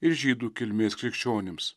ir žydų kilmės krikščionims